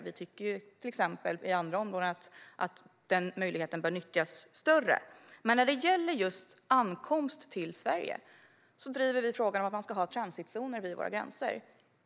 Vi tycker till exempel att möjligheten att använda förvar bör nyttjas i större omfattning på andra områden. Men när det gäller just ankomst till Sverige driver vi frågan om transitzoner vid våra gränser.